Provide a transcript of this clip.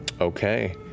Okay